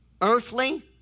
earthly